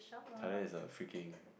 Thailand is a freaking